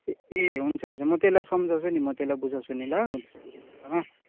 ए हुन्छ हुन्छ म त्यसलाई सम्झाउँछु नि म त्यसलाई बुझाउँछु नि ल हुन्छ गुरुआमा